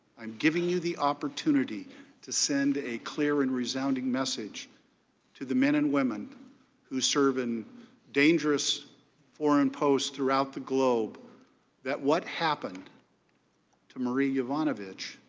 i am giving you the opportunity to send a clear and resounding message to the men and women who serve in dangerous foreign posts throughout the globe that what happened to marie yovanovitch